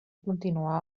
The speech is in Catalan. continuar